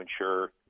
ensure